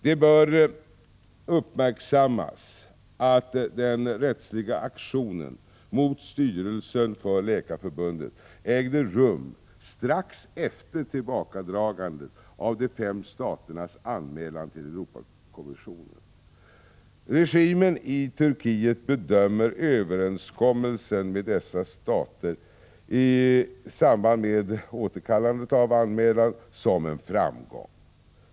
Det bör uppmärksammas att den rättsliga aktionen mot styrelsen för läkarförbundet ägde rum strax efter tillbakadragandet av de fem staternas anmälan till Europakommissionen. Regimen i Turkiet bedömer överenskommelsen med dessa stater i samband med återkallandet av anmälan som en framgång.